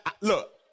look